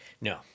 No